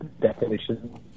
definition